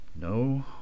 No